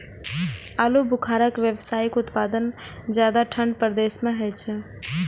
आलू बुखारा के व्यावसायिक उत्पादन ज्यादा ठंढा प्रदेश मे होइ छै